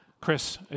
Chris